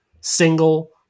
single